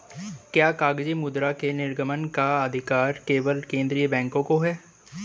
क्या कागजी मुद्रा के निर्गमन का अधिकार केवल केंद्रीय बैंक को है?